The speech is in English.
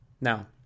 Now